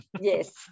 Yes